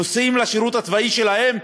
נוסעים לשירות הצבאי שלהם?